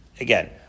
again